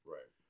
Right